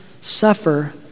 suffer